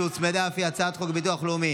על הצעת חוק שהוצמדה: הצעת חוק הביטוח הלאומי